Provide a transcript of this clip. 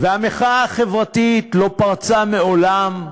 והמחאה החברתית לא פרצה מעולם,